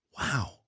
wow